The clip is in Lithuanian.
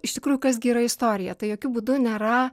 iš tikrųjų kas gi yra istorija tai jokiu būdu nėra